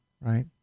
right